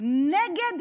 נגד